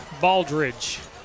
Baldridge